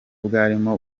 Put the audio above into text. bwarimo